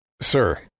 Sir